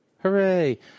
Hooray